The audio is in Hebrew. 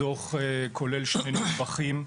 הדוח כולל שתי נדבכים.